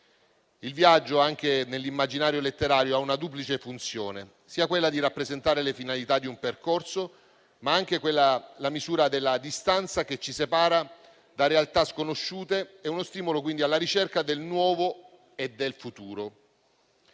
Il viaggio, anche nell'immaginario letterario, ha una duplice funzione, cioè quella di rappresentare le finalità di un percorso, ma anche la misura della distanza che ci separa da realtà sconosciute e uno stimolo quindi alla ricerca del nuovo e del futuro.